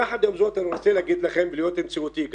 יחד עם זאת אני רוצה להגיד לכם ולהיות מציאותי גם,